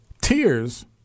tears